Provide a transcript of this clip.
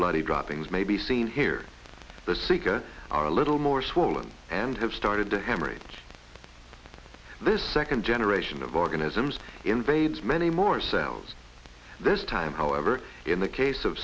bloody droppings may be seen here the seeker are a little more swollen and have started to hemorrhage this second generation of organisms invades many more cells this time however in the case of